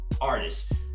artists